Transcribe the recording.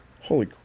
holy